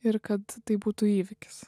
ir kad tai būtų įvykis